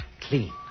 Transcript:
clean